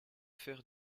faire